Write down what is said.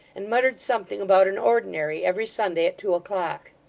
and muttered something about an ordinary every sunday at two o'clock.